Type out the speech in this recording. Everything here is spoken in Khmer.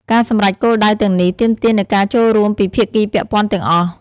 ការសម្រេចគោលដៅទាំងនេះទាមទារនូវការចូលរួមពីភាគីពាក់ព័ន្ធទាំងអស់។